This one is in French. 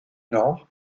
nord